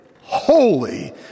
holy